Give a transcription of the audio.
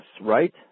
right